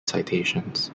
citations